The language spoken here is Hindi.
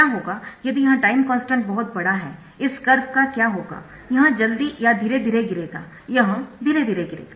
क्या होगा यदि यह टाइम कॉन्स्टन्ट बहुत बड़ा है इस कर्व का क्या होगा यह जल्दी या धीरे धीरे गिरेगा यह धीरे धीरे गिरेगा